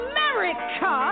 America